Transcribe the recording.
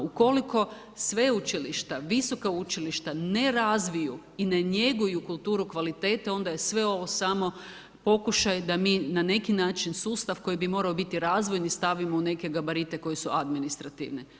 Ukoliko sveučilišta, visoka učilišta, ne razviju i ne njeguju kulturu kvalitete, onda je sve ovo samo pokušaj da mi na neki način, sustav koji bi morao biti razvojni, stavimo u neke gabarite koji su administrativne.